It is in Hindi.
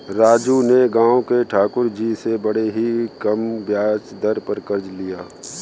राजू ने गांव के ठाकुर जी से बड़े ही कम ब्याज दर पर कर्ज लिया